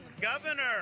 governor